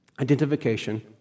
Identification